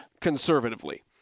Conservatively